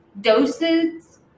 doses